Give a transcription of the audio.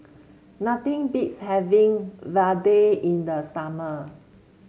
nothing beats having Vadai in the summer